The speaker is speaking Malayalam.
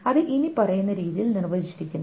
അത് ഇനിപ്പറയുന്ന രീതിയിൽ നിർവ്വചിച്ചിരിക്കുന്നു